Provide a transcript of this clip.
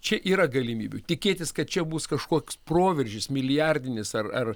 čia yra galimybių tikėtis kad čia bus kažkoks proveržis milijardinis ar ar